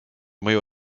mõju